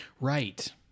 right